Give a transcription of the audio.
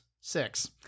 six